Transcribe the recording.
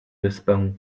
wyspę